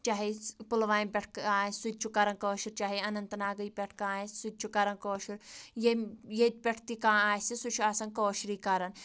چاہے پُلوامہِ پٮ۪ٹھ آسہِ سُہ تہِ چھُ کَران کٲشُر چاہے اَننت ناگٕے پٮ۪ٹھ کانٛہہ آسہِ سُہ تہِ چھُ کَران کٲشُر یٔمۍ ییٚتہِ پٮ۪ٹھ تہِ کانٛہہ آسہِ سُہ چھُ آسان کٲشرُے کَران